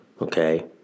Okay